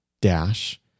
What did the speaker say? dash